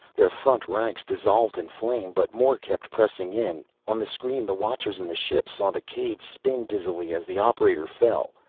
their front ranks dissolved in flame, but more kept pressing in. on the screen the watchers in the ship saw the cave spin dizzily as the operator fell.